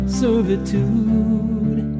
servitude